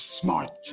smart